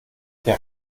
der